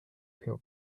peel